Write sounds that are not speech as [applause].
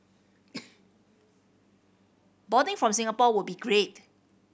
[noise] boarding from Singapore would be great